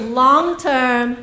long-term